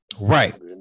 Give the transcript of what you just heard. Right